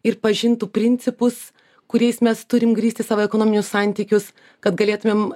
ir pažintų principus kuriais mes turim grįsti savo ekonominius santykius kad galėtumėm